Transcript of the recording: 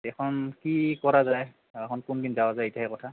এইখন কি কৰা যায় এখন কোন দিন যোৱা যায় সেইটোহে কথা